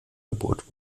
gebohrt